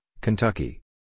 Kentucky